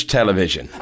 Television